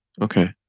Okay